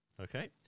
okay